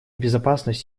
безопасность